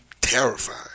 terrified